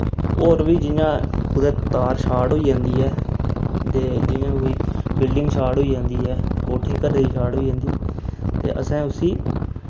होर बी जि'यां कुतै तार शार्ट होई जंदी ऐ ते जि'यां कोई बिल्डिंग शार्ट होई जंदी ऐ कोठी घरै दी शार्ट होई जंदी ते असें उस्सी